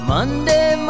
Monday